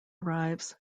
arrives